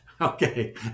okay